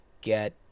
get